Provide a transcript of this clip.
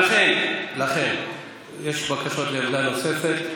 יש בקשות לעמדה נוספת.